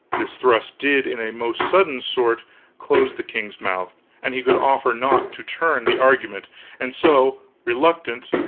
this thrust did in a most sudden sort close the king's mouth, and he could offer naught to turn the argument and so, reluctant,